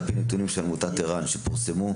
על פי נתונים של עמותת ער"ן שפורסמו,